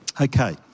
Okay